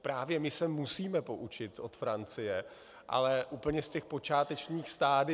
Právě my se musíme poučit od Francie, ale úplně z těch počátečních stadií.